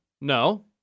No